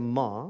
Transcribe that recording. ma